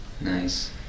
nice